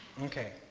Okay